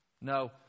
No